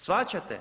Shvaćate?